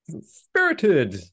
Spirited